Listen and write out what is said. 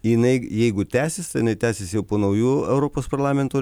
jinai jeigu tęsis tęsis jau po naujų europos parlamento